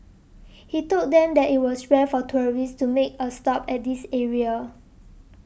he told them that it was rare for tourists to make a stop at this area